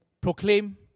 proclaim